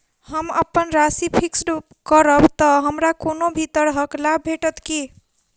हम अप्पन राशि फिक्स्ड करब तऽ हमरा कोनो भी तरहक लाभ भेटत की?